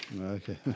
okay